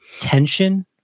tension